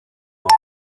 aura